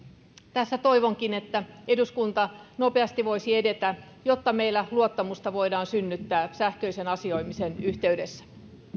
tässä toivonkin että eduskunta nopeasti voisi edetä jotta meillä luottamusta voidaan synnyttää sähköisen asioimisen yhteydessä